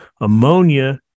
ammonia